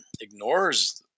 ignores